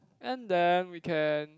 and then we can